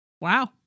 Wow